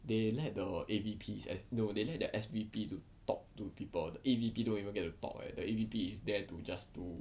they let the A_V_Ps no they let the S_V_P to talk to people the A_V_P don't even get to talk leh the A_V_P is there to just to